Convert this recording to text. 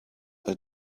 are